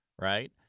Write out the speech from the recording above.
right